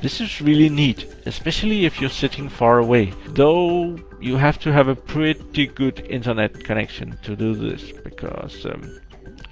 this is really neat, especially if you're sitting far away, though you have to have a pretty good internet connection to do this, because um